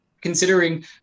Considering